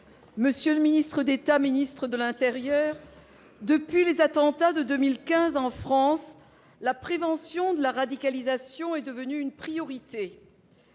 Monsieur le ministre d'État, ministre de l'intérieur, depuis les attentats de 2015 en France, la prévention de la radicalisation est devenue une priorité.